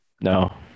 No